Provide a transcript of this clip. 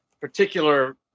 particular